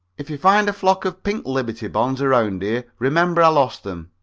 if you find a flock of pink liberty bonds around here, remember i lost them.